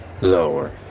lower